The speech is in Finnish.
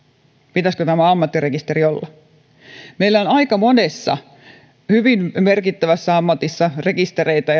pitäisikö tämä ammattirekisteri olla meillä on aika monessa hyvin merkittävässä ammatissa rekistereitä